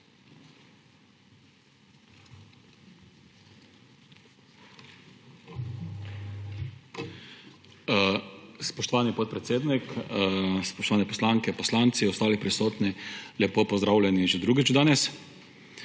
Spoštovani podpredsednik, spoštovane poslanke in poslanci, ostali prisotni, lepo pozdravljeni že drugič danes!